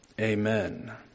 Amen